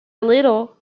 little